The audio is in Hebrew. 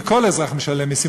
וכל אזרח משלם מסים,